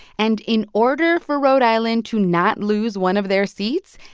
and in order for rhode island to not lose one of their seats,